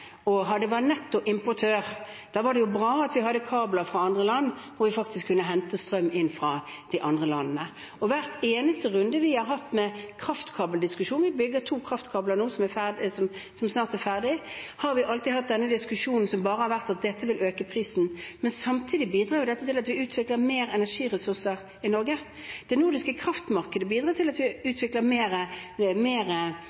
og var nettoimportør. Da var det bra at vi hadde kabler fra andre land, og at vi kunne hente strøm inn fra de andre landene. I hver eneste runde vi har hatt med kraftkabeldiskusjon – vi bygger to kraftkabler nå som snart er ferdige – har vi alltid hatt denne diskusjonen om at dette bare vil øke prisen. Men samtidig bidrar jo dette til at vi utvikler mer energiressurser i Norge. Det nordiske kraftmarkedet bidrar til at vi